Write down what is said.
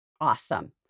Awesome